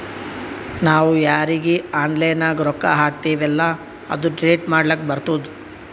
ನಾವ್ ಯಾರೀಗಿ ಆನ್ಲೈನ್ನಾಗ್ ರೊಕ್ಕಾ ಹಾಕ್ತಿವೆಲ್ಲಾ ಅದು ಡಿಲೀಟ್ ಮಾಡ್ಲಕ್ ಬರ್ತುದ್